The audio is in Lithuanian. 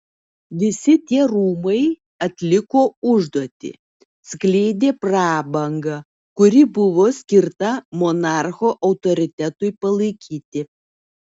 visi tie rūmai atliko užduotį skleidė prabangą kuri buvo skirta monarcho autoritetui palaikyti